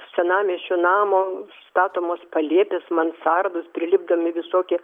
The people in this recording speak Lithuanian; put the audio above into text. senamiesčio namo statomos palėpės mansardos prilipdomi visokie